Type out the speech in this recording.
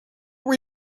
were